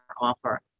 offer